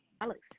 Alex